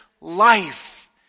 life